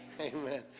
Amen